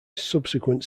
subsequent